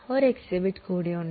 ഒരു എക്സിബിറ്റ് കൂടി ഉണ്ട്